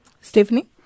Stephanie